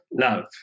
love